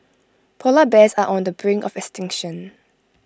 Polar Bears are on the brink of extinction